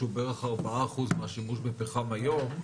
שהוא בערך 4% מהשימוש בפחם היום.